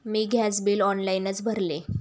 मी gas bill ऑनलाइनच भरले